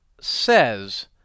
says